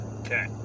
Okay